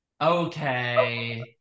Okay